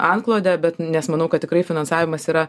antklodę bet nes manau kad tikrai finansavimas yra